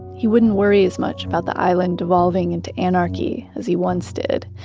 he wouldn't worry as much about the island devolving into anarchy as he once did.